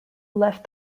left